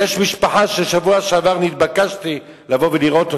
יש משפחה שבשבוע שעבר נתבקשתי לבוא ולראות אותה.